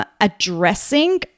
addressing